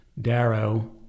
Darrow